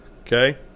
Okay